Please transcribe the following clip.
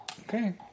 Okay